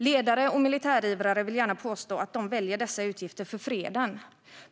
Ledare och militärivrare vill gärna påstå att de väljer dessa utgifter för freden.